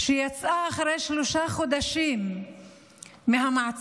שיצאה אחרי שלושה חודשים ממעצר,